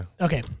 Okay